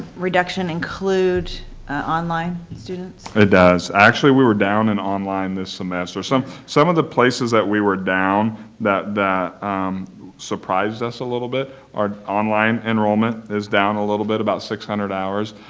reduction include online students it does. actually we were down in online this semester. some some of the places that we were down that that surprised us a little bit are online enrollment is down a little bit, about six hundred hours.